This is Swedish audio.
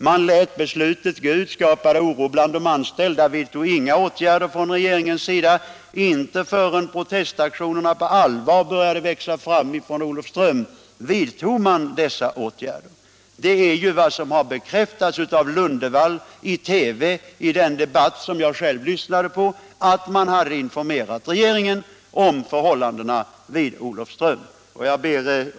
Man lät beslutet gå ut och skapa oro bland de anställda, man vidtog inga åtgärder från regeringens sida. Inte förrän protestaktionerna på allvar började växa fram från Olofström vidtog man dessa åtgärder. Det har bekräftats av Lundvall i TV i den debatt som jag själv lyssnade på att man hade informerat regeringen om förhållandena vid Olofström.